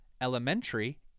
elementary